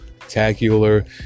tacular